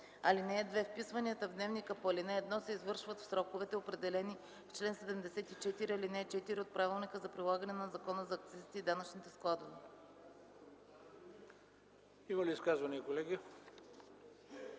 закон. (2) Вписванията в дневника по ал. 1 се извършват в сроковете, определени в чл. 74, ал. 4 от Правилника за прилагане на Закона за акцизите и данъчните складове.”